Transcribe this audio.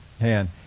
hand